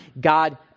God